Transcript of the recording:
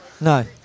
No